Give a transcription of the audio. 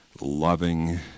loving